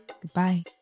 goodbye